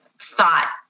thought